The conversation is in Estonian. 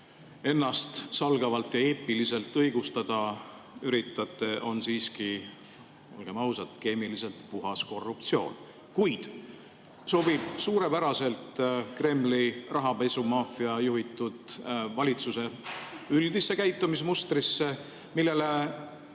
ennastsalgavalt ja eepiliselt õigustada üritate, on siiski, olgem ausad, keemiliselt puhas korruptsioon, kuid sobib suurepäraselt Kremli rahapesumaffia juhitud valitsuse üldisse käitumismustrisse, millele,